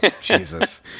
Jesus